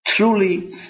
Truly